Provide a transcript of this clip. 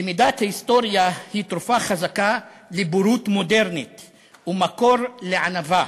למידת היסטוריה היא תרופה חזקה לבורות מודרנית ומקור לענווה: